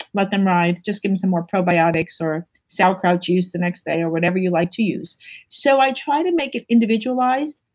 let them ride, just give them some more probiotics or sauerkraut use the next day or whatever you like to use so, i try to make it individualized,